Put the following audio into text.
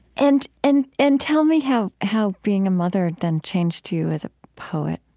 and and and tell me how how being a mother then changed you as a poet